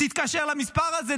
תתקשר למספר הזה,